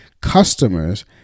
customers